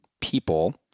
people